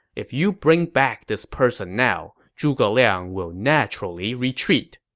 if you bring back this person now, zhuge liang will naturally retreat.